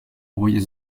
envoyer